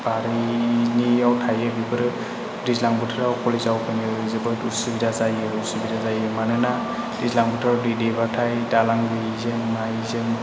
बारनायनियाव थायो बिसोरो दैज्लां बोथोराव कलेजाव थांनो जोबोद उसुबिदा जायो उसुबिदा जायो मानोना दैज्लां बोथोराव दै देरबाथाय दालां गैयिजों मायिजों